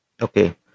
Okay